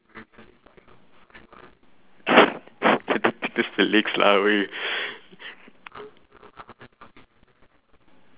don't diss the legs lah !oi!